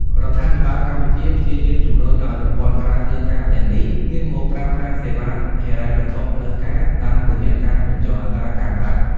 រដ្ឋាភិបាលកម្ពុជាព្យាយាមជម្រុញឱ្យប្រព័ន្ធក្រៅផ្លូវការទាំងនេះ ងាកមកប្រើប្រាស់សេវាហិរញ្ញវត្ថុផ្លូវការតាមរយៈការបញ្ចុះអត្រាការប្រាក់។